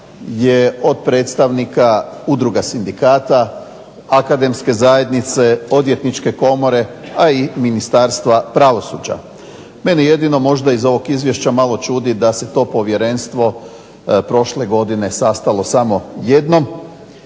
je od predstavnika udruga sindikata, akademske zajednice, Odvjetničke komore, a i Ministarstva pravosuđa. Meni je jedino možda iz ovog Izvješća malo čudi da se to Povjerenstvo prošle godine sastalo samo jednom,